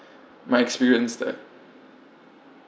my experience there